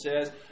says